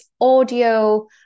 audio